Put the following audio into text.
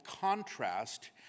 contrast